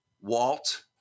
Walt